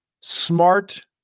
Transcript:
smart